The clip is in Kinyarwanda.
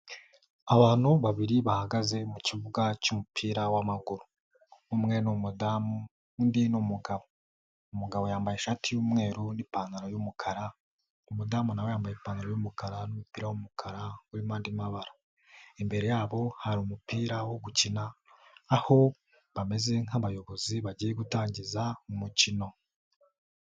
Abantu babiri bahagaze mu kibuga cy'umupira w'amaguru. Umwe ni umudamu, undi ni umugabo. Umugabo yambaye ishati y'umweru n'ipantaro y'umukara, umudamu na we yambaye ipantaro y'umukara n'umupira w'umukara urimo andi mabara . Imbere yabo hari umupira wo gukina, aho bameze nk'abayobozi bagiye gutangiza umukino.